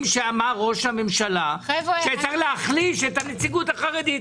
שאמר ראש הממשלה שצריך להחליש את הנציגות החרדית.